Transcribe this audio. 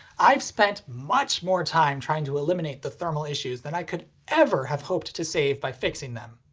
i've spent much more time trying to eliminate the thermal issues than i could ever have hoped to save by fixing them.